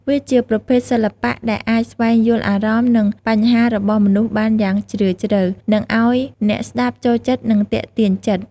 វាជាប្រភេទសិល្បៈដែលអាចស្វែងយល់អារម្មណ៍និងបញ្ហារបស់មនុស្សបានយ៉ាងជ្រាវជ្រៅ និងឲ្យអ្នកស្តាប់ចូលចិត្តនិងទាក់ទាញចិត្ត។